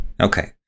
Okay